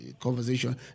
conversation